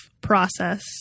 process